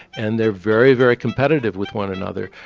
and they are very, very competitive with one another.